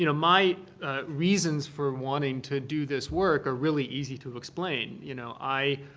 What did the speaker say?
you know my reasons for wanting to do this work are really easy to explain, you know. i